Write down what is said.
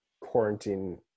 quarantine